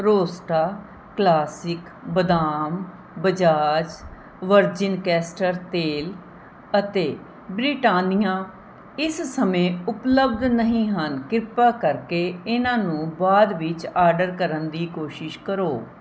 Rosta classic ਬਦਾਮ Bajaj virgin castor ਤੇਲ ਅਤੇ ਬ੍ਰਿਟਾਨੀਆ ਇਸ ਸਮੇਂ ਉਪਲਬਧ ਨਹੀਂ ਹਨ ਕ੍ਰਿਪਾ ਕਰਕੇ ਇਹਨਾਂ ਨੂੰ ਬਾਅਦ ਵਿੱਚ ਆਡਰ ਕਰਨ ਦੀ ਕੋਸ਼ਿਸ਼ ਕਰੋ